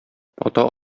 ата